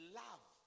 love